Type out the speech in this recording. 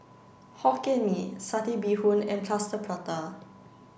Hokkien Mee Satay Bee Hoon and Plaster Prata